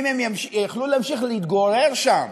האם הם יוכלו להמשיך להתגורר שם,